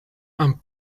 and